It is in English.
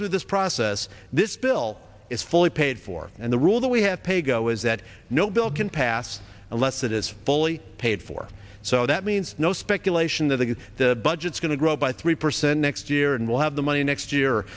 through this process this bill is fully paid for and the rule that we have paygo is that no bill can pass unless it is fully paid for so that means no speculation that the budgets going to grow by three percent next year and we'll have the money next year